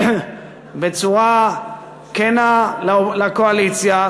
אני מציע בצורה כנה לקואליציה,